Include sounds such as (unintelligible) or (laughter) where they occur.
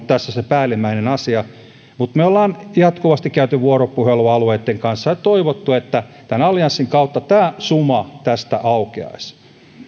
(unintelligible) tässä se päällimmäinen asia mutta me olemme jatkuvasti käyneet vuoropuhelua alueitten kanssa ja toivoneet että tämän allianssin kautta tämä suma tästä aukeaisi